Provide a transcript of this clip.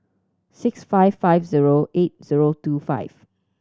six five five zero eight zero two five